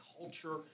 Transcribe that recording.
culture